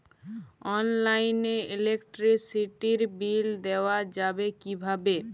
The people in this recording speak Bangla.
অনলাইনে ইলেকট্রিসিটির বিল দেওয়া যাবে কিভাবে?